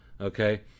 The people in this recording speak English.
Okay